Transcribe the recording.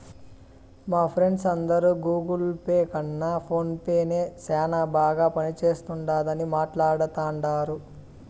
మా ఫ్రెండ్స్ అందరు Google Pay కన్న ఫోన్ పే నే సేనా బాగా పనిచేస్తుండాదని మాట్లాడతాండారు